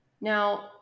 Now